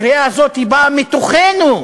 הקריאה הזאת באה מתוכנו,